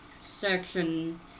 section